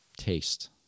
taste